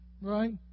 right